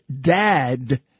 dad